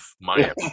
Miami